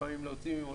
לפעמים להוציא.